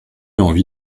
envie